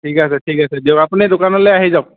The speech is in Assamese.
ঠিক আছে ঠিক আছে দিয়ক আপুনি দোকানলৈ আহি যাওক